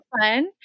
fun